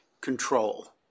control